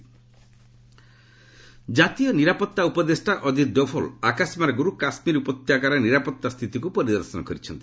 ଡୋଭଲ୍ ଜାତୀୟ ନିରାପତ୍ତା ଉପଦେଷ୍ଟା ଅଜିତ ଡୋଭଲ୍ ଆକାଶମାର୍ଗରୁ କାଶ୍ମୀର ଉପତ୍ୟକାରେ ନିରାପତ୍ତା ପରିସ୍ଥିତିକୁ ପରିଦର୍ଶନ କରିଛନ୍ତି